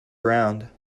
around